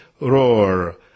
roar